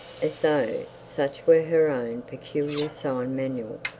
as though such were her own peculiar sign-manual.